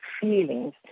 feelings